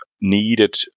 needed